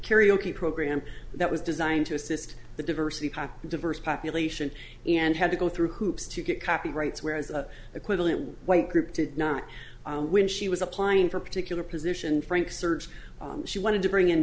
karaoke program that was designed to assist the diversity of the diverse population and had to go through hoops to get copyrights whereas an equivalent white group did not when she was applying for a particular position frank search she wanted to bring in